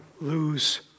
lose